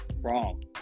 wrong